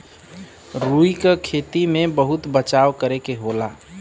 रुई क खेती में बहुत बचाव करे के होला